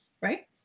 Right